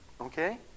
Okay